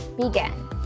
begin